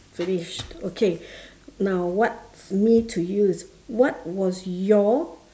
finished okay now what's me to you is what was your